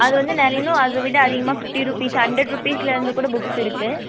அது வந்து நிறை இன்னும் அதைவிட அதிகமாக ஃபிஃப்டி ருபீஸ் ஹண்ட்ரெட் ருபீஸ்லருந்து கூட புக்ஸ் இருக்கு